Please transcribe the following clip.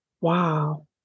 wow